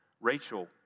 Rachel